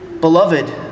beloved